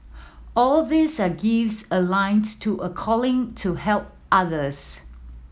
all these are gifts aligned to a calling to help others